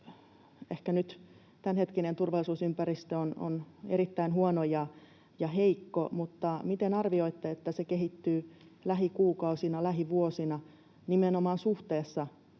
Ehkä nyt tämänhetkinen turvallisuusympäristö on erittäin huono ja heikko, mutta olisin tiedustellut sitä, miten arvioitte, että se kehittyy lähikuukausina, lähivuosina nimenomaan suhteessa